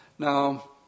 Now